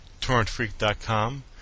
TorrentFreak.com